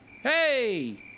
hey